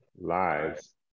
lives